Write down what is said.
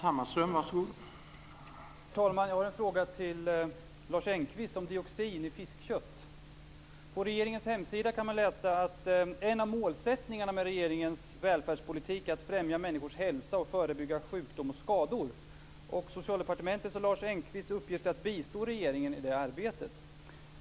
Herr talman! Jag har en fråga till Lars Engqvist om dioxin i fiskkött. På regeringens hemsida kan man läsa att en av målsättningarna med regeringens välfärdspolitik är att främja människors hälsa och förebygga sjukdom och skador. Socialdepartementets och Lars Engqvists uppgift är att bistå regeringen i det arbetet.